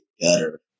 better